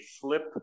flip